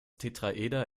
tetraeder